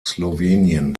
slowenien